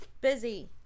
busy